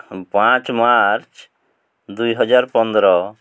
ପାଞ୍ଚ ମାର୍ଚ୍ଚ ଦୁଇହଜାର ପନ୍ଦର